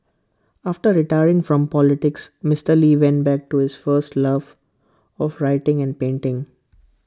after retiring from politics Mister lee went back to his first love of writing and painting